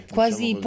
Quasi